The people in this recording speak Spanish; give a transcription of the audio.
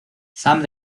sam